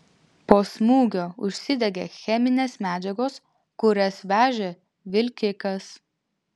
po smūgio užsidegė cheminės medžiagos kurias vežė vilkikas